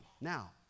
Now